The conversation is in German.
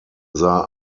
sah